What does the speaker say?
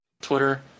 Twitter